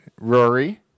Rory